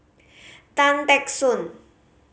Tan Teck Soon